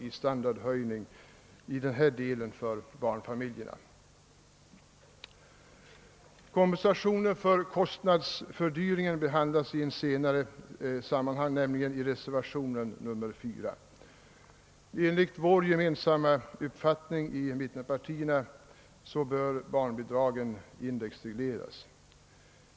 i standardhöjning i denna del för barnfamiljerna. Frågan om kompensation för kostnadsfördyringen behandlas i ett senare sammanhang, nämligen i reservationen 4 vid andra lagutskottets utlåtande nr 40. Enligt vår gemensamma uppfattning inom mittenpartierna bör barnbidragen indexregleras.